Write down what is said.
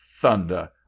thunder